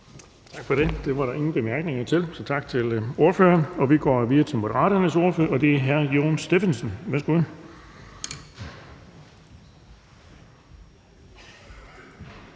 Tak for det. Det var der ingen bemærkninger til, så tak til ordføreren. Vi går videre til Moderaternes ordfører, og det er hr. Jon Stephensen. Værsgo.